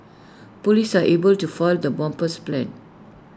Police are able to foil the bomber's plans